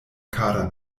kara